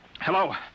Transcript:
Hello